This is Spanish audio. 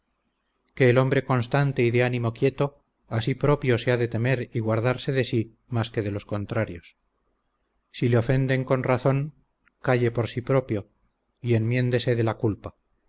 que el hombre constante y de ánimo quieto a si propio se ha de temer y guardarse de sí más que de los contrarios si le ofenden con razón calle por si propio y enmiéndese de la culpa